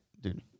dude